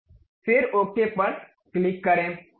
फिर ओके पर क्लिक करें